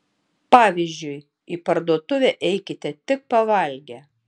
pavyzdžiui į parduotuvę eikite tik pavalgę